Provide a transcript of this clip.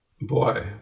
Boy